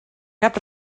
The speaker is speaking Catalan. cap